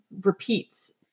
repeats